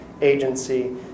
Agency